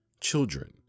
children